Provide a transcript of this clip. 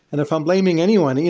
and if i'm blaming anyone,